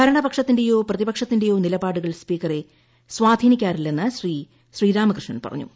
ഭരണ പക്ഷത്തിന്റെയോ പ്രതിപക്ഷത്തിന്റെയോ നിലപാടുകൾ സ്പീക്കറെ സ്വാധീനിക്കാറില്ലെന്ന് ശ്രീരാമകൃഷ്ണൻ പറഞ്ഞു